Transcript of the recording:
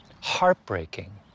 heartbreaking